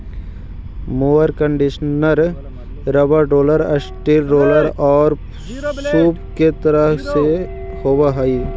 mower conditioner rubber roller, steel roller औउर सूप के तरह के होवऽ हई